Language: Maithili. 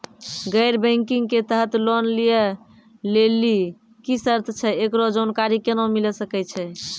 गैर बैंकिंग के तहत लोन लए लेली की सर्त छै, एकरो जानकारी केना मिले सकय छै?